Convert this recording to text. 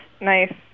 Nice